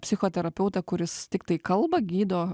psichoterapeutą kuris tiktai kalba gydo